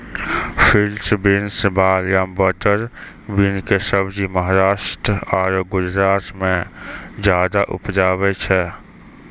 field beans, वाल या butter bean कॅ सब्जी महाराष्ट्र आरो गुजरात मॅ ज्यादा उपजावे छै